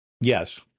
yes